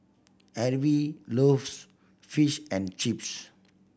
Harvie loves Fish and Chips